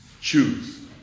Choose